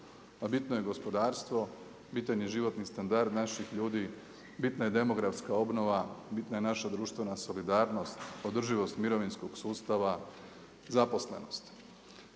bitno je gospodarstvo, bitan je životni standard naših ljudi, bitna je demografska obnova, bitna je naša društvena solidarnost, održivost mirovinskog sustava, zaposlenost.